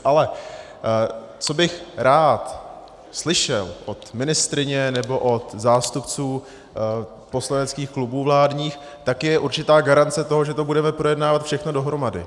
Ale co bych rád slyšel od ministryně nebo od zástupců poslaneckých klubů vládních, tak je určitá garance toho, že to budeme projednávat všechno dohromady.